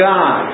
God